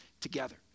together